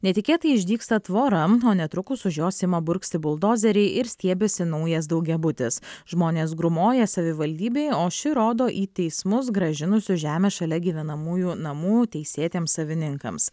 netikėtai išdygsta tvora o netrukus už jos ima burgzti buldozeriai ir stiebiasi naujas daugiabutis žmonės grūmoja savivaldybei o ši rodo į teismus grąžinusius žemę šalia gyvenamųjų namų teisėtiems savininkams